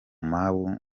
mau